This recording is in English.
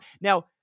now